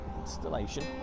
installation